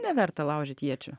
neverta laužyt iečių